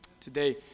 today